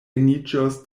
eniĝos